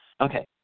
Okay